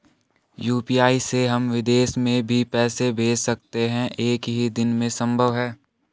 UPI से हम विदेश में भी पैसे भेज सकते हैं एक ही दिन में संभव है?